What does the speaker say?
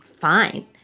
Fine